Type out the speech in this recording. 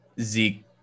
Zeke